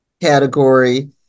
category